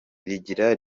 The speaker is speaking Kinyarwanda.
rigira